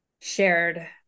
shared